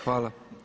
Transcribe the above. Hvala.